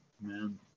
man